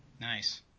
Nice